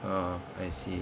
oh I see